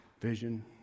vision